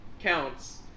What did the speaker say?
counts